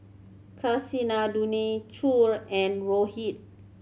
Kasinadhuni Choor and Rohit